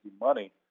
money